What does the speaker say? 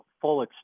full